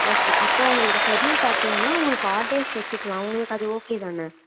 okay அப்போ உங்களுக்கு schedule பார்த்திங்கனா உங்களுக்கு ஆட் டேஸ் வச்சுக்கலாம் உங்களுக்கு அது ஓகே தானே